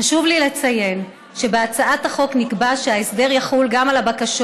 חשוב לי לציין שבהצעת החוק נקבע שההסדר יחול גם על הבקשות